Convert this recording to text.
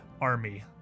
army